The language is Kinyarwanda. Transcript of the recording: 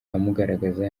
amugaragaza